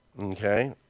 okay